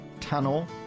Tunnel